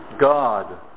God